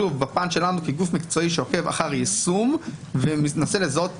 שוב בפן שלנו כגוף מקצועי שעוקב אחר יישום ומנסה לזהות פערים,